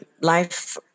life